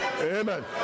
amen